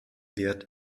wird